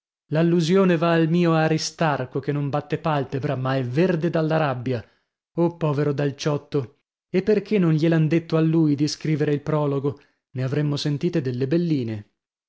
l'allusione va al mio aristarco che non batte palpebra ma è verde dalla rabbia oh povero dal ciotto e perchè non gliel han detto a lui di scrivere il prologo ne avremmo sentite delle belline